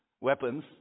weapons